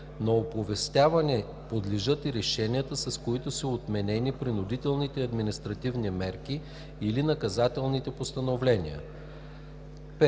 На оповестяване подлежат и решенията, с които са отменени принудителните административни мерки или наказателните постановления.“